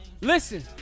Listen